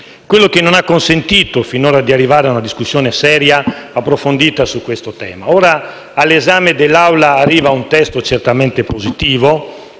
che finora non hanno consentito di arrivare a una discussione seria e approfondita su questo tema. Ora all'esame dell'Assemblea arriva un testo certamente positivo